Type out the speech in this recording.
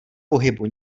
pohybu